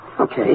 Okay